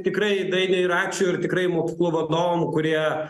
tikrai dainiui ir ačiū ir tikrai mokyklų vadovam kurie